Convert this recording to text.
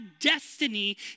destiny